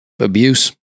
abuse